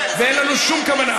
ואין לנו שום כוונה.